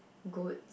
goat